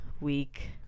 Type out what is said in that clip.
week